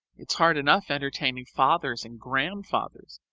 it's hard enough entertaining fathers and grandfathers,